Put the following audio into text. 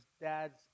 dad's